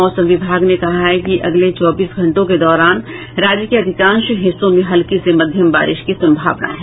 मौसम विभाग ने कहा है कि अगले चौबीस घंटों के दौरान राज्य के अधिकांश हिस्सों में हल्की से मध्यम बारिश की संभावना है